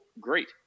great